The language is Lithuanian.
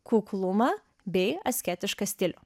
kuklumą bei asketišką stilių